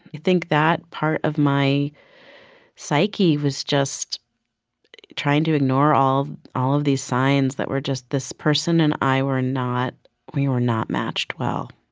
think that part of my psyche was just trying to ignore all all of these signs that were just this person and i were not we were not matched well